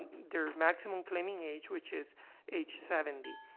and their maximum claiming age, which is age seventy.